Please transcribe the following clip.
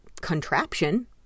contraption